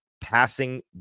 passing